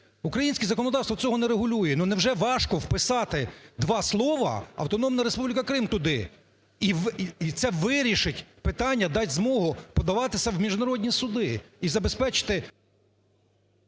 Українське законодавство цього не регулює. Ну, невже важко вписати два слова "Автономна Республіка Крим" туди і це вирішить питання дати змогу подавати це у міжнародні суди і забезпечити…